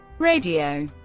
radio